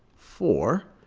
four.